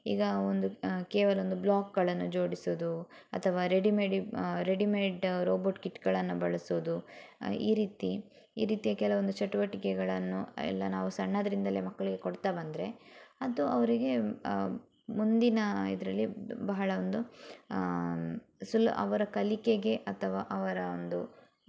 ಈಗ ಒಂದು ಕೇವಲ ಒಂದು ಬ್ಲಾಕ್ಗಳನ್ನು ಜೋಡಿಸುವುದು ಅಥವಾ ರೆಡಿಮೇಡಿ ರೆಡಿಮೇಡ್ ರೋಬೋಟ್ ಕಿಟ್ಗಳನ್ನು ಬಳಸೋದು ಈ ರೀತಿ ಈ ರೀತಿಯ ಕೆಲವೊಂದು ಚಟುವಟಿಕೆಗಳನ್ನು ಎಲ್ಲ ನಾವು ಸಣ್ಣದರಿಂದಲೇ ಮಕ್ಕಳಿಗೆ ಕೊಡ್ತ ಬಂದರೆ ಅದು ಅವರಿಗೆ ಮುಂದಿನ ಇದರಲ್ಲಿ ಬಹಳ ಒಂದು ಸುಲ ಅವರ ಕಲಿಕೆಗೆ ಅಥವಾ ಅವರ ಒಂದು